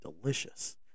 delicious